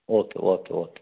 okay okay okay